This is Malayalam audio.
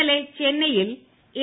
ഇന്നലെ ചെന്നൈയിൽ എ